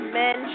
men